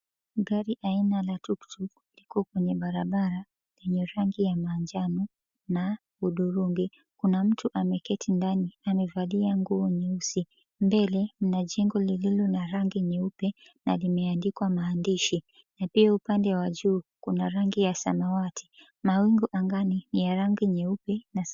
Gari aina la tuktuk liko kwenye barabara yenye rangi ya manjano na hudhurungi. Kuna mtu ameketi ndani amevalia nguo nyeusi. Mbele mna jengo lililo na rangi nyeupe na limeandikwa maandishi na pia upande wa juu kuna rangi ya samawati. Mawingu angani ni ya rangi nyeupe na...